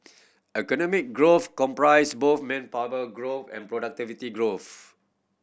economic growth comprises both manpower growth and productivity growth